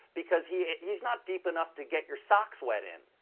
because he's he's not deep enough to get your socks wet in.